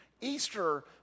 Easter